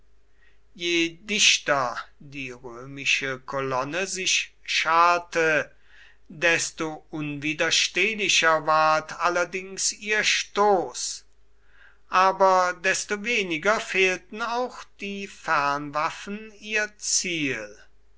je dichter die römische kolonne sich scharte desto unwiderstehlicher ward allerdings ihr stoß aber desto weniger fehlten auch die fernwaffen ihr ziel